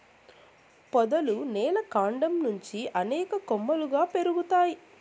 పొదలు నేల కాండం నుంచి అనేక కొమ్మలుగా పెరుగుతాయి